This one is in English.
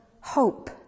hope